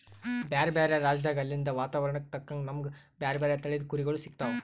ಬ್ಯಾರೆ ಬ್ಯಾರೆ ರಾಜ್ಯದಾಗ್ ಅಲ್ಲಿಂದ್ ವಾತಾವರಣಕ್ಕ್ ತಕ್ಕಂಗ್ ನಮ್ಗ್ ಬ್ಯಾರೆ ಬ್ಯಾರೆ ತಳಿದ್ ಕುರಿಗೊಳ್ ಸಿಗ್ತಾವ್